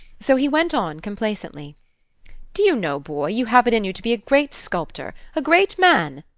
so he went on complacently do you know, boy, you have it in you to be a great sculptor, a great man?